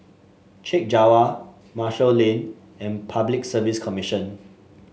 Chek Jawa Marshall Lane and Public Service Commission